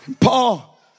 Paul